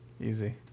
easy